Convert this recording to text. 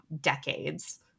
decades